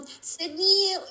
Sydney